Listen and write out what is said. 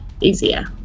Easier